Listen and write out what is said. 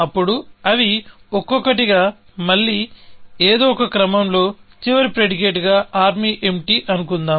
అప్పుడు ఇవి ఒక్కొక్కటిగా మళ్ళీ ఏదో ఒక క్రమంలో చివరి ప్రెడికేటేగా ఆర్మ్ ఎంప్టీ ఎన్నుకుందాం